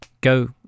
go